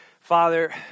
Father